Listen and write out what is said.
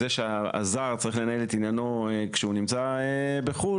זה שהזר צריך לנהל את עניינו כשהוא נמצא בחוץ לארץ,